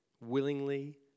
willingly